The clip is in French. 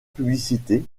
publicités